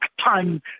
time